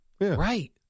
Right